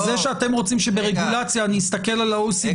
אתם רוצים שברגולציה אני אסתכל על ה-OECD